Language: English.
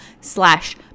slash